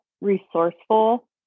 resourceful